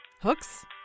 Hooks